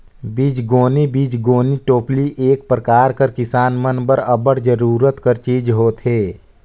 बीजगोनी बीजगोनी टोपली एक परकार कर किसान मन बर अब्बड़ जरूरत कर चीज होथे